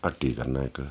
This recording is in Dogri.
हट्टी करना इक